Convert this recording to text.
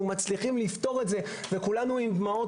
אנחנו מצליחים לפתור את זה וכולנו עם דמעות